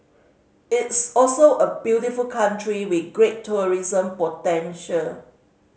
it's also a beautiful country with great tourism potential